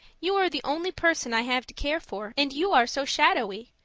you are the only person i have to care for, and you are so shadowy.